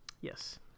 Yes